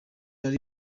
ari